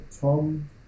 tom